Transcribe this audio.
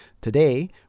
today